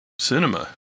cinema